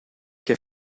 che